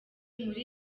muri